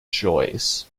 joyce